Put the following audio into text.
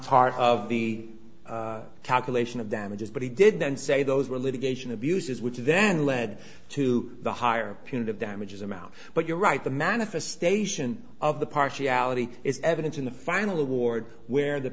part of the calculation of damages but he didn't say those were litigation abuses which then led to the higher punitive damages amount but you're right the manifestation of the partiality is evident in the final award where the